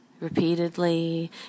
repeatedly